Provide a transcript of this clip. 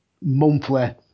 monthly